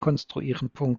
konstruieren